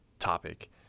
topic